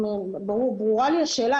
ברורה לי השאלה,